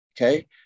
okay